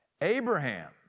Abraham